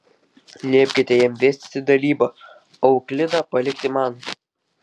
liepkite jam dėstyti dalybą o euklidą palikti man